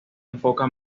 enfoca